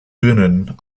bühnen